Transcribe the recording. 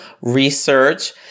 Research